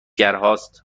هست